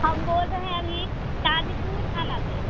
हम बोल रहें अभी ताजपुर थाना से